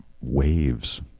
waves